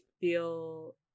feel